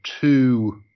two